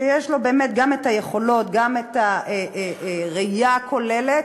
שיש לו באמת גם היכולות, גם הראייה הכוללת.